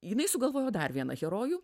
jinai sugalvojo dar vieną herojų